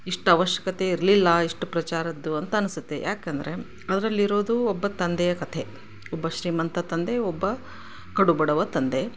ಇಷ್ಟು ಅವಶ್ಯಕತೆ ಇರಲಿಲ್ಲ ಇಷ್ಟು ಪ್ರಚಾರದ್ದು ಅಂತ ಅನ್ಸುತ್ತೆ ಯಾಕಂದರೆ ಅದರಲ್ಲಿರೋದು ಒಬ್ಬ ತಂದೆಯ ಕಥೆ ಒಬ್ಬ ಶ್ರೀಮಂತ ತಂದೆ ಒಬ್ಬ ಕಡು ಬಡವ ತಂದೆ